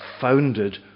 founded